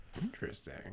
Interesting